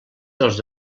dels